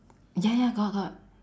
ya ya got got